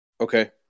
Okay